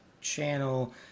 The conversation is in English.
channel